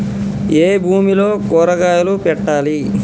ఏ భూమిలో కూరగాయలు పెట్టాలి?